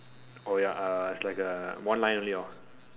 oh ya uh it's like a one line only hor